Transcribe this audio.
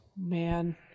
man